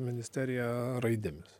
ministerija raidėmis